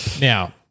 now